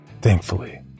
Thankfully